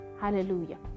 Hallelujah